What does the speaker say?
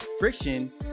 friction